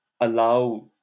allow